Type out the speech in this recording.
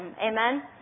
Amen